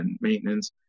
maintenance